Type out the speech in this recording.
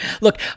Look